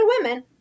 women